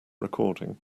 recording